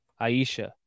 Aisha